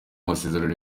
masezerano